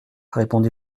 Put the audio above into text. répondit